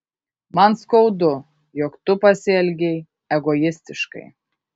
man skaudu jog tu pasielgei egoistiškai